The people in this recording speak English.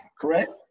correct